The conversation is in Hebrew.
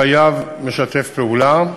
חייב משתף פעולה),